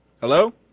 Hello